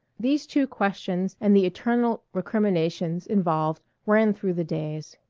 these two questions and the eternal recriminations involved ran through the days.